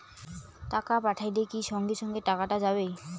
টাকা পাঠাইলে কি সঙ্গে সঙ্গে টাকাটা যাবে?